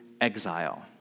exile